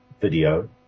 video